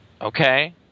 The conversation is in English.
Okay